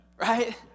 Right